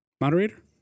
moderator